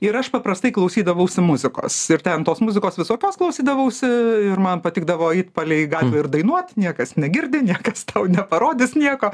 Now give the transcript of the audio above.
ir aš paprastai klausydavausi muzikos ir ten tos muzikos visokios klausydavausi ir man patikdavo eit palei gatvę ir dainuot niekas negirdi niekas tau neparodys nieko